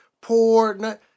poor